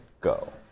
go